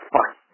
Fuck